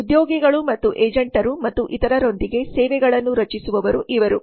ಉದ್ಯೋಗಿಗಳು ಮತ್ತು ಏಜೆಂಟರು ಮತ್ತು ಇತರರೊಂದಿಗೆ ಸೇವೆಗಳನ್ನು ರಚಿಸುವವರು ಇವರು